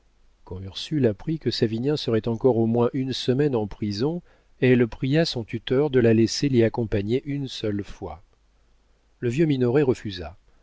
quand ursule apprit que savinien serait encore au moins une semaine en prison elle pria son tuteur de la laisser l'y accompagner une seule fois le vieux minoret refusa